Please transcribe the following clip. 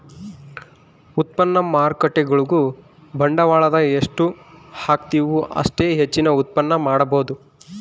ಉತ್ಪನ್ನ ಮಾರ್ಕೇಟ್ಗುಳು ಬಂಡವಾಳದ ಎಷ್ಟು ಹಾಕ್ತಿವು ಅಷ್ಟೇ ಹೆಚ್ಚಿನ ಉತ್ಪನ್ನ ಮಾಡಬೊದು